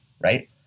right